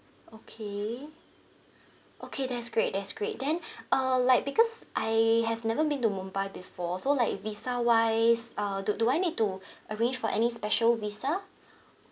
okay okay that's great that's great then uh like because I have never been to mumbai before so like visa wise uh do do I need to arrange for any special visa